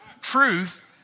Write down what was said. truth